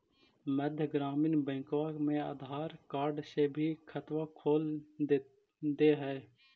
मध्य ग्रामीण बैंकवा मे आधार कार्ड से भी खतवा खोल दे है?